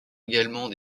également